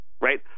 right